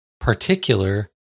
particular